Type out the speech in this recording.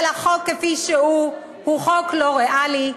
אבל החוק כפי שהוא הוא חוק לא ריאלי,